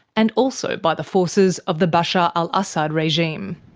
and also by the forces of the bashar al-assad regime.